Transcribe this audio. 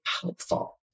helpful